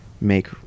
make